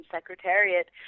Secretariat